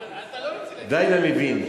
אתה לא רוצה, די לריבים.